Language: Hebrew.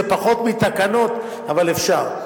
זה פחות מתקנות, אבל אפשר.